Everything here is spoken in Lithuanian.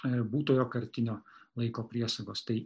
būtojo kartinio laiko priesagos tai